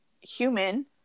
human